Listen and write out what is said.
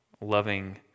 loving